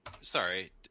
Sorry